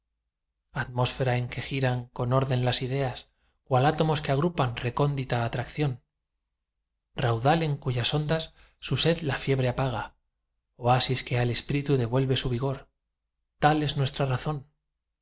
que giran con orden las ideas cual átomos que agrupa recóndita atracción raudal en cuyas ondas su sed la fiebre apaga oasis que al espíritu devuelve su vigor tal es nuestra razón